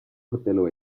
hotelo